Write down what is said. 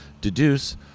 deduce